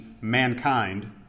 mankind